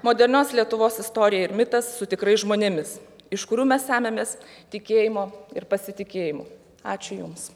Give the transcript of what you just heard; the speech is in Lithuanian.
modernios lietuvos istorija ir mitas su tikrais žmonėmis iš kurių mes semiamės tikėjimo ir pasitikėjimu ačiū jums